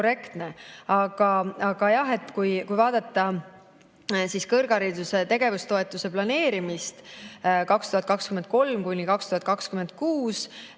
Aga jah, kui vaadata kõrghariduse tegevustoetuse planeerimist 2023–2026,